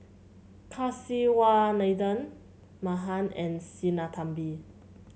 Kasiviswanathan Mahan and Sinnathamby